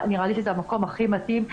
נראה לי שזה המקום הכי מתאים,